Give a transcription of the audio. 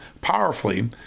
powerfully